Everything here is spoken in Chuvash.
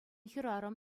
хӗрарӑм